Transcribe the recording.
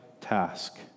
task